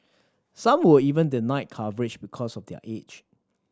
some were even denied coverage because of their age